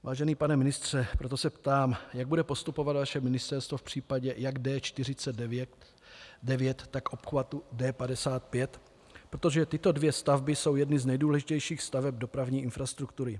Vážený pane ministře, proto se ptám, jak bude postupovat vaše ministerstvo v případě jak D49, tak obchvatu D55, protože tyto dvě stavby jsou jedny z nejdůležitějších staveb dopravní infrastruktury.